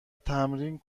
تمرین